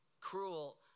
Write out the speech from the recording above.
cruel